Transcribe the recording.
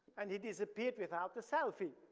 and he disappeared without the selfie.